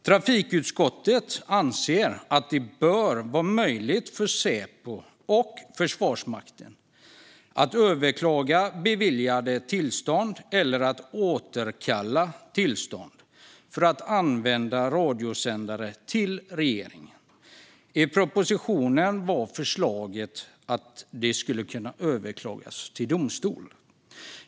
Trafikutskottet anser att det bör vara möjligt för Säpo och Försvarsmakten att överklaga beviljande eller återkallande av tillstånd att använda radiosändare till regeringen. I propositionen var förslaget att det skulle kunna överklagas till domstol.